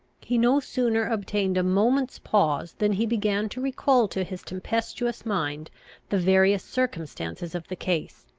he no sooner obtained a moment's pause than he began to recall to his tempestuous mind the various circumstances of the case.